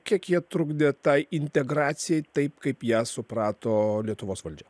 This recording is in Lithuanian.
kiek jie trukdė tai integracijai taip kaip ją suprato lietuvos valdžia